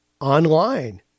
online